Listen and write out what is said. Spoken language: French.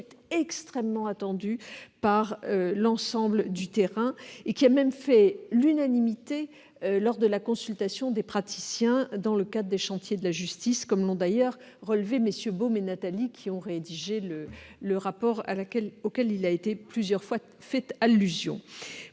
extrêmement attendue par l'ensemble des acteurs de terrain. Elle a même fait l'unanimité lors de la consultation des praticiens dans le cadre des chantiers de la justice, comme l'ont d'ailleurs relevé MM. Beaume et Natali, qui ont rédigé le rapport auquel il a été fait plusieurs fois allusion.